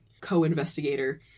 co-investigator